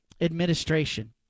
administration